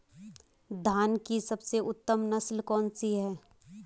धान की सबसे उत्तम नस्ल कौन सी है?